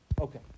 Okay